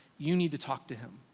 you need to talk to him.